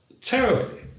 terribly